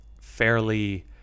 fairly